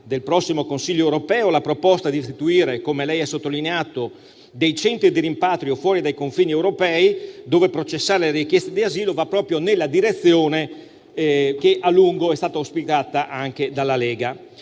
del prossimo Consiglio europeo, la proposta di istituire - come lei ha sottolineato - dei centri di rimpatrio fuori dai confini europei, dove processare le richieste di asilo, va proprio nella direzione che a lungo è stata auspicata anche dalla Lega.